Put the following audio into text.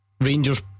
Rangers